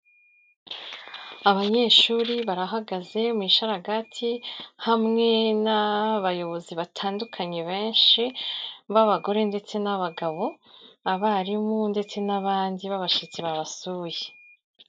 Abanyeshuri barahagaze mu gisharagati hamwe n'abayobozi batandukanye benshi b'abagore ndetse n'abagabo, abarimu ndetse n'abandi b'abashyitsi babasuye.